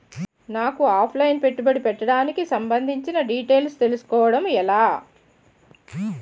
నాకు offline పెట్టుబడి పెట్టడానికి సంబందించిన డీటైల్స్ తెలుసుకోవడం ఎలా?